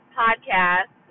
podcast